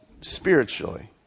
spiritually